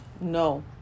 No